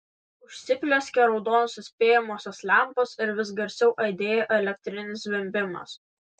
užsiplieskė raudonos įspėjamosios lempos ir vis garsiau aidėjo elektrinis zvimbimas